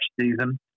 season